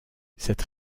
cette